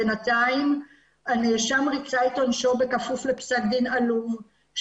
בינתיים הנאשם ריצה את עונשו בכפוף לפסק דין עלוב,